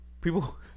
people